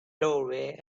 doorway